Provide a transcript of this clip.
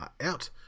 out